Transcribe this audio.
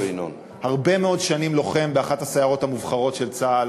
הרבה מאוד שנים לוחם באחת הסיירות המובחרות של צה"ל